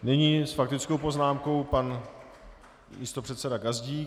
Nyní s faktickou poznámkou pan místopředseda Gazdík.